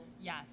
yes